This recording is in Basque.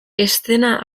eszena